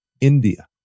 India